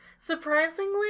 Surprisingly